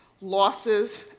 losses